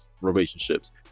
relationships